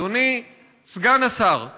אדוני סגן השר,